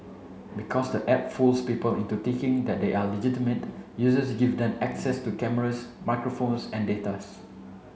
because the app fools people into thinking that they are legitimate users give them access to cameras microphones and data's